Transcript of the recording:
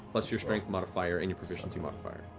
plus your strength modifier and your proficiency modifier.